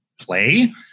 play